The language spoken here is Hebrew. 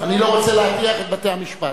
אני לא רוצה להטריח את בתי-המשפט.